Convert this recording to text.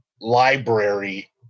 library